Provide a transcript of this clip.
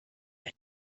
came